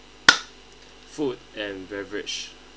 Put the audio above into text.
food and beverage